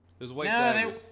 No